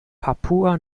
papua